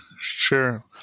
sure